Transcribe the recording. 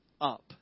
up